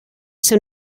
ser